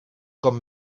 com